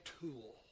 tool